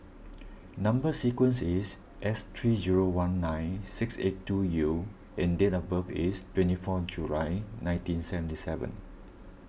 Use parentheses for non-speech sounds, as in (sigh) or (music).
(noise) Number Sequence is S three zero one nine six eight two U and date of birth is twenty four July nineteen seventy seven